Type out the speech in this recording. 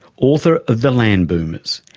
author of the land boomers,